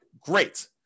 great